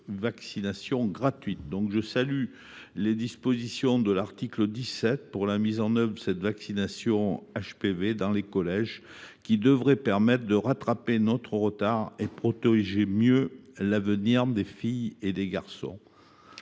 je salue les dispositions de l’article 17 relatives à la mise en œuvre de la vaccination HPV dans les collèges. Celles ci devraient permettre de rattraper notre retard et de protéger mieux l’avenir des filles et des garçons.